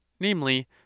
namely